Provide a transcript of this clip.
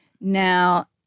Now